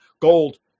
gold